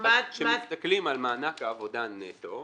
כשמסתכלים על מענק העבודה נטו,